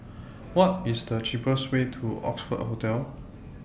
What IS The cheapest Way to Oxford Hotel